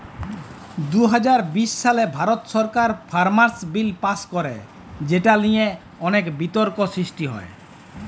দু হাজার বিশ সালে ভারত সরকার ফার্মার্স বিল পাস্ ক্যরে যেট লিয়ে অলেক বিতর্ক সৃষ্টি হ্যয়